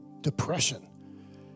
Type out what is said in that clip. depression